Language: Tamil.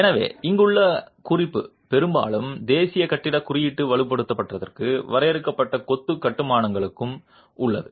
எனவே இங்குள்ள குறிப்பு பெரும்பாலும் தேசிய கட்டிடக் குறியீடு வலுப்படுத்தப்பட்டதற்கு வரையறுக்கப்பட்ட கொத்து கட்டுமானங்களுக்கு உள்ளது